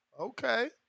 Okay